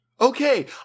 Okay